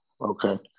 Okay